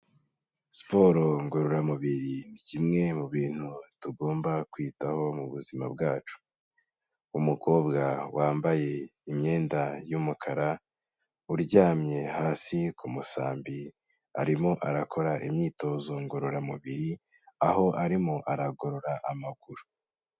Siporo ngororamubiri ni kimwe mu bintu tugomba kwitaho mu buzima bwacu, umukobwa wambaye imyenda y'umukara, uryamye hasi ku musambi, arimo arakora imyitozo ngororamubiri, aho arimo aragorora amaguru.